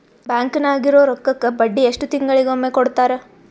Bank ನಾಗಿರೋ ರೊಕ್ಕಕ್ಕ ಬಡ್ಡಿ ಎಷ್ಟು ತಿಂಗಳಿಗೊಮ್ಮೆ ಕೊಡ್ತಾರ?